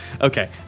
Okay